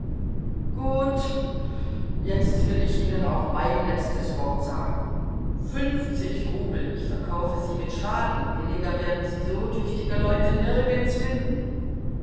gut jetzt will ich ihnen auch mein letztes wort sagen fünfzig rubel ich verkaufe sie mit schaden billiger werden sie so tüchtige leute nirgends finden